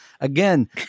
again